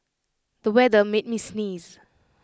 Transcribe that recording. the weather made me sneeze